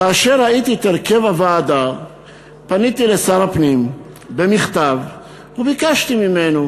כאשר ראיתי את הרכב הוועדה פניתי לשר הפנים במכתב וביקשתי ממנו: